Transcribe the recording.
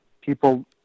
people